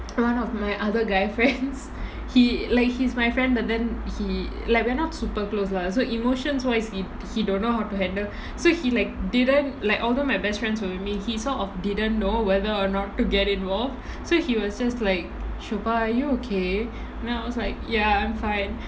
one of my other guy friends he like he's my friend but then he like we are not super close lah so emotions wise he he don't know how to handle so he like didn't like although my best friends were with me he sort of didn't know whether or not to get involved so he was just like shobah are you okay then I was like ya I'm fine